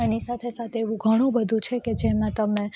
આની સાથે સાથે એવું ઘણું બધું છે કે જેમાં તમે